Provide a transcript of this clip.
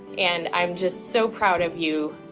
and i'm just so proud of you.